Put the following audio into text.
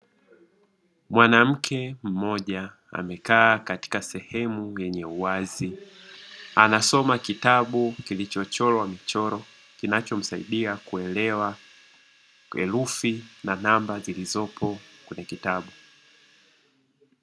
Mwanamke mmoja amekaa katika sehemu yenye uwazi, anasoma kitabu kilichochorwa michoro kinachomsaidia kuelewa herufi na namba zilizopo kwenye kitabu.